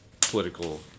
political